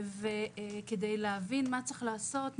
כדי להבין מה צריך לעשות,